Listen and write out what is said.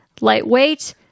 Lightweight